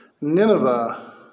Nineveh